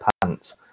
pants